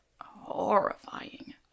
horrifying